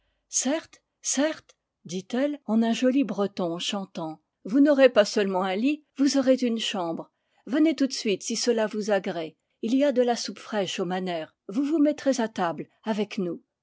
certes certes dit-elle en un joli breton chantant vous n'aurez pas seulement un lit vous aurez une chambre venez tout de suite si cela vous agrée il y a de la soupe fraîche au manêr vous vous mettrez à table avec nous